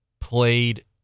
played